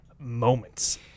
moments